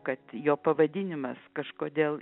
kad jo pavadinimas kažkodėl